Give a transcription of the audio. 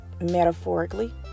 metaphorically